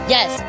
Yes